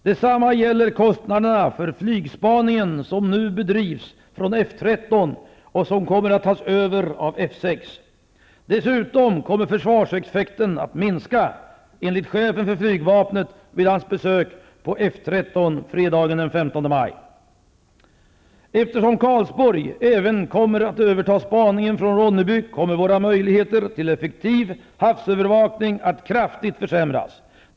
Detsamma gäller kostnaderna för flygspaningen, som nu bedrivs från F 13 och som kommer att tas över av F 6. Dessutom kommer försvarseffekten att minska, enligt chefen för flygvapnet vid hans besök på F 13 fredagen den 15 maj. Eftersom Karlsborg även kommer att överta spaningen från Ronneby, kommer våra möjligheter till effektiv havsövervakning att kraftigt försämras.